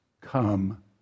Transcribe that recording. come